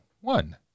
one